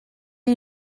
are